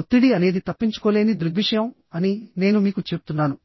ఒత్తిడి అనేది తప్పించుకోలేని దృగ్విషయం అని నేను మీకు చెప్తున్నాను